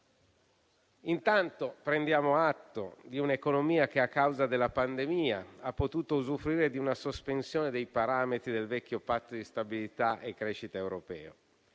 Intanto prendiamo atto di un'economia che, a causa della pandemia, ha potuto usufruire di una sospensione dei parametri del vecchio Patto di stabilità e crescita europeo.